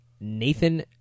Nathan